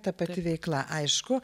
ta pati veikla aišku